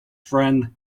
friend